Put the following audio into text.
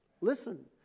Listen